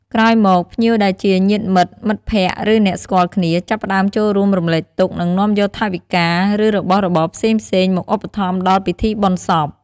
ក្រោយមក ភ្ញៀវដែលជាញាតិមិត្ត មិត្តភក្តិ ឬអ្នកស្គាល់គ្នា ចាប់ផ្តើមចូលរួមរំលែកទុក្ខ និងនាំយកថវិកា ឬរបស់របរផ្សេងៗមកឧបត្ថម្ភដល់ពិធីបុណ្យសព។